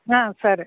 ಹಾಂ ಸರಿ